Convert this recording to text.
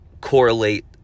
correlate